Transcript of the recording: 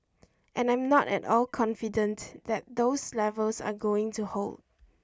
and I'm not at all confident that those levels are going to hold